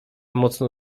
mocno